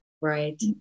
Right